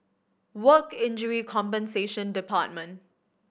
Work Injury Compensation Department